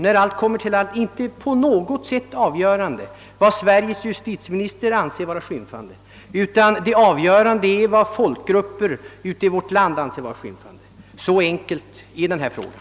När allt kommer till allt är det inte på något sätt avgörande vad Sveriges justitieminister anser vara skymfande, utan det avgörande är vad folkgrupper i vårt land anser vara skymfande. Så enkel är den här frågan.